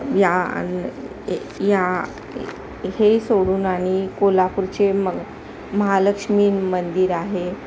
या आणि ए या हे सोडून आणि कोल्हापूरचे म महालक्ष्मी मंदिर आहे